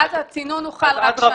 ואז הצינון הוא חל רק שנה.